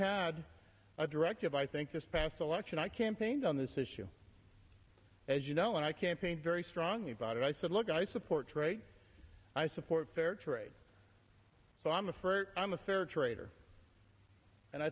had a directive i think this past election i campaigned on this issue as you know and i campaigned very strongly about it i said look i support trade i support fair trade so i'm a for i'm a fair trader and i